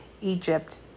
Egypt